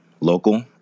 local